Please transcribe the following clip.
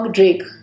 Drake